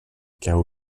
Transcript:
cao